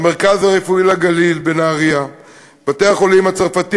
המרכז הרפואי לגליל בנהריה ובתי-החולים הצרפתי,